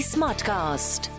Smartcast